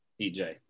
EJ